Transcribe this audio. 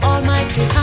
Almighty